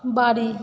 বাড়ি